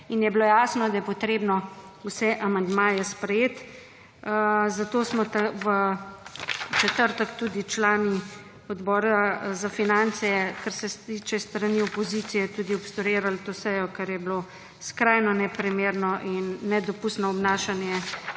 in je bilo jasno, da je potrebno vse amandmaje sprejeti. Zato smo v četrtek tudi člani Odbora za finance, kar se tiče strani opozicije, tudi obstruirali to sejo, ker je bilo skrajno neprimerno in nedopustno obnašanje